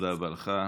תודה רבה לך.